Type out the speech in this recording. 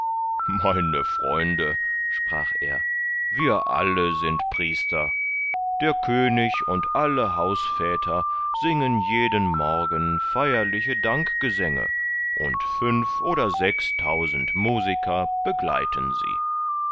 meine freunde sprach er wir alle sind priester der könig und alle hausväter singen jeden morgen feierliche dankgesänge und fünf oder sechstausend musiker begleiten sie